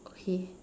okay